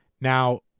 Now